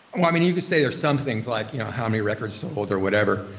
um mean, you could say there's something like you know how many records sold or whatever,